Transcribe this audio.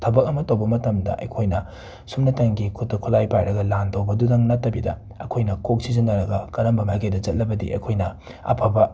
ꯊꯕꯛ ꯑꯃ ꯇꯧꯕ ꯃꯇꯝꯗ ꯑꯩꯈꯣꯏꯅ ꯁꯨꯞꯅꯇꯪꯒꯤ ꯈꯨꯠꯇ ꯈꯨꯠꯂꯥꯏ ꯄꯥꯏꯔꯒ ꯂꯥꯟ ꯇꯧꯕꯗꯨꯗꯪ ꯅꯠꯇꯕꯤꯗ ꯑꯩꯈꯣꯏꯅ ꯀꯣꯛ ꯁꯤꯖꯤꯟꯅꯔꯒ ꯀꯔꯝꯕ ꯃꯥꯏꯒꯩ ꯆꯠꯂꯕꯗꯤ ꯑꯩꯈꯣꯏꯅ ꯑꯐꯕ